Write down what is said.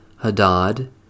Hadad